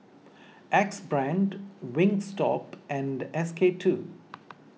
Axe Brand Wingstop and S K two